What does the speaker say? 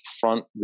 front